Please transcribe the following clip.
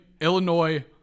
Illinois